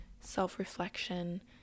self-reflection